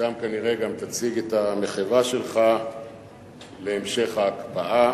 שם כנראה גם תציג את המחווה שלך להמשך ההקפאה,